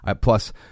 Plus